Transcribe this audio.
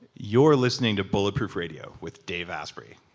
you're listening to bulletproof radio with dave asprey.